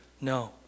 No